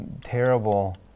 terrible